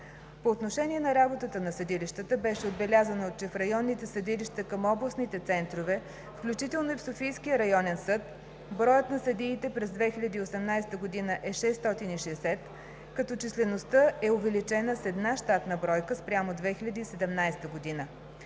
По отношение работата на съдилищата беше отбелязано, че в районните съдилища към областните центрове, включително и в Софийския районен съд, броят на съдиите през 2018 г. е 660, като числеността е увеличена с една щатна бройка спрямо 2017 г.